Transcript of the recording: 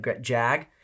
jag